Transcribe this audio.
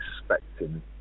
expecting